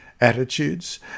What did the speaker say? attitudes